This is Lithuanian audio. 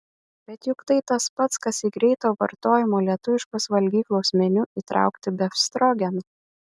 bet juk tai tas pats kas į greito vartojimo lietuviškos valgyklos meniu įtraukti befstrogeną